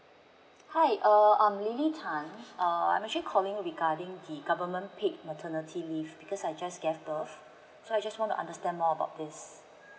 hi err I'm lily tan err I'm actually calling regarding the government paid maternity leave because I just get birth so I just want to understand more about this